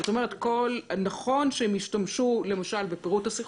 זאת אומרת, נכון שהם השתמשו, למשל, בפירוט השיחות,